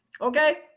okay